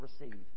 receive